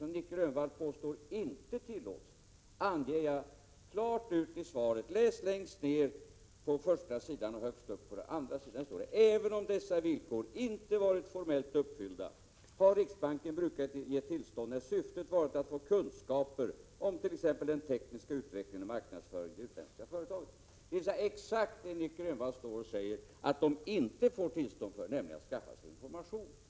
Nic Grönvall säger att en sådan inte skulle vara tillåten, men om han läser svaret skall han finna att det där står: ”Även om dessa villkor inte varit formellt uppfyllda har riksbanken brukat ge tillstånd när syftet varit att få kunskaper om t.ex. den tekniska utvecklingen eller marknadsföringen i det utländska företaget.” Här nämns exakt de investeringar som Nic Grönvall säger att man inte får tillstånd till, nämligen investeringar för införskaffande av information.